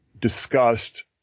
discussed